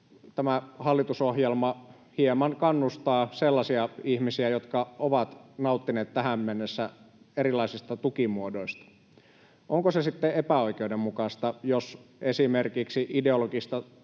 tämä hallitusohjelma hieman kannustaa sellaisia ihmisiä, jotka ovat nauttineet tähän mennessä erilaisista tukimuodoista. Onko se sitten epäoikeudenmukaista, jos esimerkiksi ideologista työtöntä